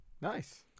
Nice